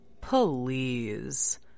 Please